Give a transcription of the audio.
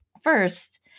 First